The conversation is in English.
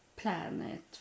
planet